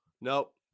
Nope